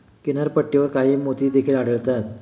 किनारपट्टीवर काही मोती देखील आढळतात